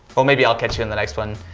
well, maybe i'll catch you in the next one.